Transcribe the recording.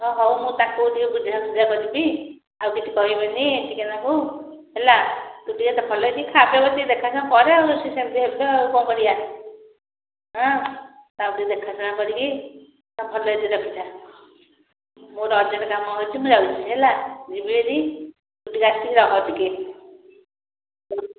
ହଁ ହଉ ମୁଁ ତାକୁ ଟିକେ ବୁଝା ସୁଝା କରିବି ଆଉ କିଛି କହିବିନି ଟିକେ ନାକୁ ହେଲା ତୁ ଟିକେ ଭଲକି ଖା ପୀୟା କରେ ଟିକେ ଦେଖା ଶୁଣା କର ଆଉ ଆଉ କଣ କରିବା ହଁ ତାପରେ ଦେଖା ଶୁଣା କରିକି ଭଲରେ ରଖିଥା ମୋର ଅର୍ଜେଣ୍ଟ କାମ ଅଛି ମୁଁ ଯାଉଛି ହେଲା ଯିବି ହାରି ତୁ ଟିକେ ଆସିକି ରହ ଟିକେ